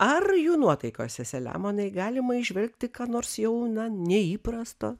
ar jų nuotaikose selemonai galima įžvelgti ką nors jau na neįprasto